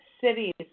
cities